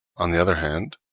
on the other hand,